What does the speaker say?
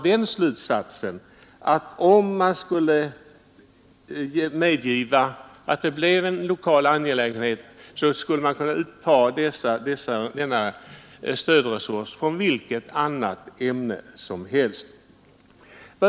Det betyder att om man skulle låta det här bli en lokal angelägenhet, så skulle denna stödresurs kunna tas från vilket annat ämne som helst.